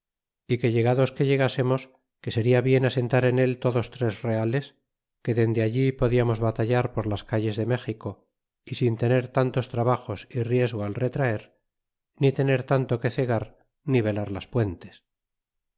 salamanca que llegados que llegásemos que seria bien asentar en él todos tres reales que dende allí podiamos batallar por las calles de méxico y sin tener tantos trabajos a riesgo al retraer ni tener tanto que cegar ni velar las puentes